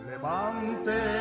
Levante